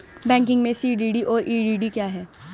Banking में CDD और EDD क्या हैं?